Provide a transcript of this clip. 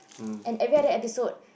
and every other episode